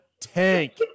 tank